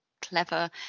clever